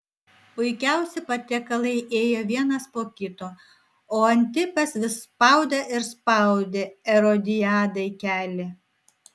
puikiausi patiekalai ėjo vienas po kito o antipas vis spaudė ir spaudė erodiadai kelį